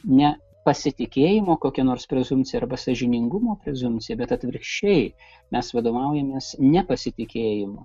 ne pasitikėjimo kokia nors prezumpcija arba sąžiningumo prezumpcija bet atvirkščiai mes vadovaujamės nepasitikėjimu